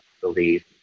believe